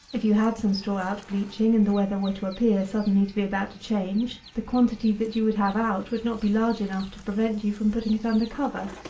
if you had some straw out bleaching, and the weather were to appear suddenly to be about to change, the quantity that you would have out would not be large enough to prevent you from putting it under cover,